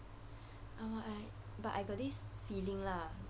oh my but I got this feeling lah